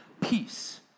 peace